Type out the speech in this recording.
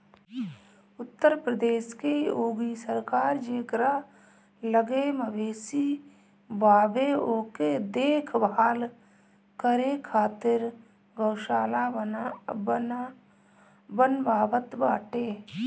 उत्तर प्रदेश के योगी सरकार जेकरा लगे मवेशी बावे ओके देख भाल करे खातिर गौशाला बनवावत बाटे